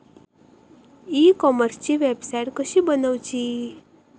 E कॉमर्सची website कशी बनवची?